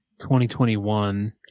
2021